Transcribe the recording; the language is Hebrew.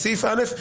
בסעיף (א),